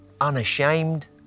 unashamed